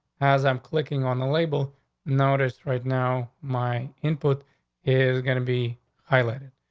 as i'm clicking on the label notice right now, my input it was gonna be highlighted.